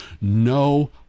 No